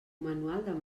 manual